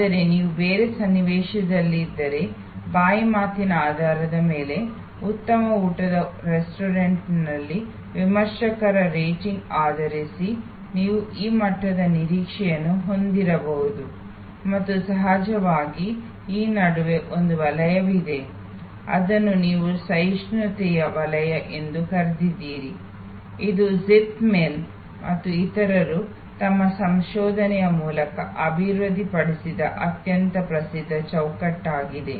ಆದರೆ ನೀವು ಬೇರೆ ಸನ್ನಿವೇಶದಲ್ಲಿದ್ದರೆ ಬಾಯಿ ಮಾತಿನ ಆಧಾರದ ಮೇಲೆ ಉತ್ತಮ ಊಟದ ರೆಸ್ಟೋರೆಂಟ್ನಲ್ಲಿ ವಿಮರ್ಶಕರ ರೇಟಿಂಗ್ ಆಧರಿಸಿ ನೀವು ಈ ಮಟ್ಟದ ನಿರೀಕ್ಷೆಯನ್ನು ಹೊಂದಿರಬಹುದು ಮತ್ತು ಸಹಜವಾಗಿ ಈ ನಡುವೆ ಒಂದು ವಲಯವಿದೆ ಅದನ್ನು ನೀವು ಸಹಿಷ್ಣುತೆಯ ವಲಯ ಎಂದು ಕರೆದಿದ್ದೀರಿ ಇದು zeithaml ಮತ್ತು ಇತರರು ತಮ್ಮ ಸಂಶೋಧನೆಯ ಮೂಲಕ ಅಭಿವೃದ್ಧಿಪಡಿಸಿದ ಅತ್ಯಂತ ಪ್ರಸಿದ್ಧ ಚೌಕಟ್ಟಾಗಿದೆ